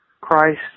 Christ